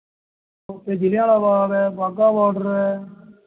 ਉੱਥੇ ਜਲ੍ਹਿਆਂ ਵਾਲਾ ਬਾਗ ਹੈ ਬਾਘਾ ਬੋਡਰ ਹੈ